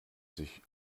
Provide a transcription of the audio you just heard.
sich